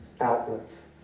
outlets